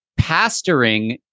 Pastoring